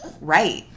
right